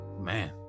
man